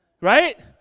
right